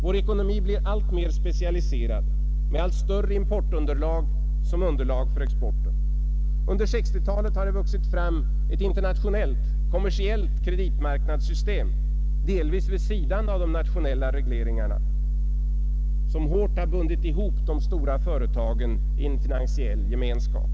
Vår ekonomi blir alltmer specialiserad, med allt större import som underlag för exporten. Under 1960-talet har det vuxit fram ett internationellt kommersiellt kreditmarknadssystem, delvis vid sidan av de nationella regleringarna, som hårt har bundit ihop de stora företagen i en finansiell gemenskap.